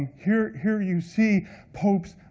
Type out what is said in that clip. here here you see pope's,